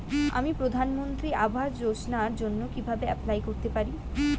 আমি প্রধানমন্ত্রী আবাস যোজনার জন্য কিভাবে এপ্লাই করতে পারি?